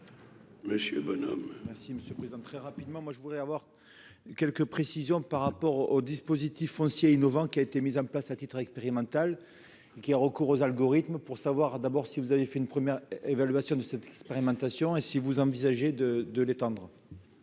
Monsieur bonhomme. Merci monsieur Président très rapidement, moi je voudrais avoir quelques précisions par rapport au dispositif foncier innovant qui a été mise en place à titre expérimental qui a recours aux algorithmes pour savoir d'abord si vous avez fait une première évaluation de cette expérimentation, et si vous envisagez de de l'éteindre.